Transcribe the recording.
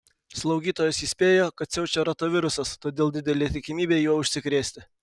slaugytojos įspėjo kad siaučia rotavirusas todėl didelė tikimybė juo užsikrėsti